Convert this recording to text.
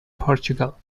portugal